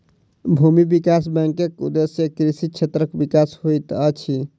भूमि विकास बैंकक उदेश्य कृषि क्षेत्रक विकास होइत अछि